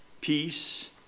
peace